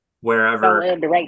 wherever